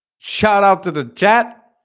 shoutout to the jatt